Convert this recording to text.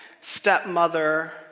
stepmother